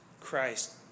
Christ